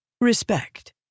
Respect